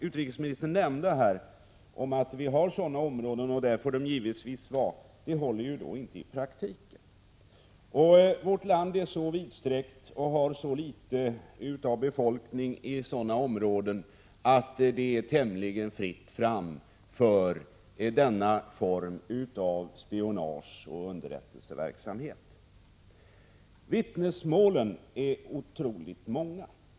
Utrikesministern nämnde om att vi har sådana skyddsområden och att bilarna givetvis inte får vistas där, det håller inte i praktiken. Vårt land är så vidsträckt och så glesbefolkat i dessa områden att det är tämligen fritt fram för denna form av spionage och underrättelseverksamhet. Vittnesmålen är otroligt många.